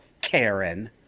Karen